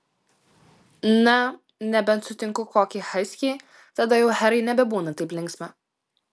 na nebent sutinku kokį haskį tada jau herai nebebūna taip linksma